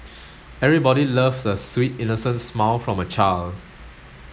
everybody loves a sweet innocent smile from a child